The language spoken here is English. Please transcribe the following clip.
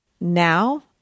now